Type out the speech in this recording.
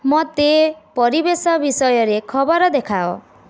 ମୋତେ ପରିବେଶ ବିଷୟରେ ଖବର ଦେଖାଅ